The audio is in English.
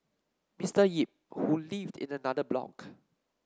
Mister Yip who lived in another block